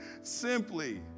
simply